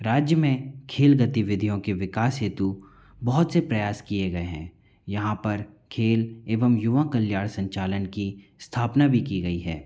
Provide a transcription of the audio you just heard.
राज्य में खेल गतिविधियों के विकास हेतु बहुत से प्रयास किए गए हैं यहाँ पर खेल एवं युवा कल्याण संचालन की स्थापना भी की गई है